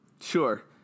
Sure